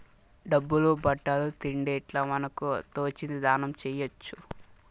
డబ్బులు బట్టలు తిండి ఇట్లా మనకు తోచింది దానం చేయొచ్చు